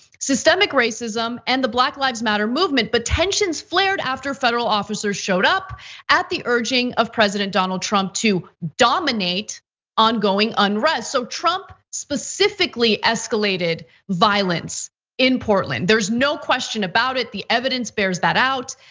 systemic racism, and the black lives matter movement. but tensions flared after federal officers showed up at the urging of president donald trump to dominate ongoing unrest. so, trump specifically escalated violence in portland. there's no question about it, the evidence bears that out.